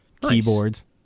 keyboards